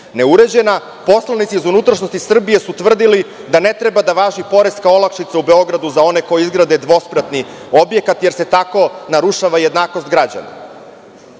neuređena, poslanici iz unutrašnjosti Srbije su tvrdili da ne treba da važi poreska olakšica u Beogradu za one koji izgrade dvospratni objekat, jer se tako narušava jednakost građana,